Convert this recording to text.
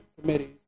committees